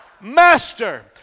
Master